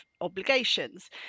obligations